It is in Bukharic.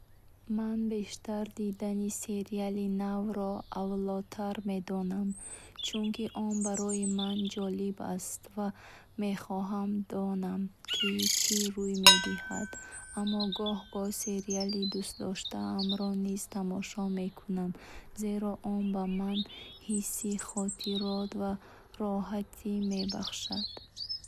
Ман бештар дидани сериали навро авлотар медонам, чунки он барои ман ҷолиб аст ва мехоҳам донaм, ки чӣ рӯй медиҳад. Аммо гоҳ-гоҳ сериали дӯстдоштаамро низ тамошо мекунам, зеро он ба ман ҳисси хотирот ва роҳатӣ мебахшад. Ҳар кадом ҳолат вобаста ба ҳол ва табъ аст.